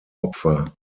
opfer